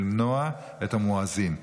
למנוע את המואזין,